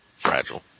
fragile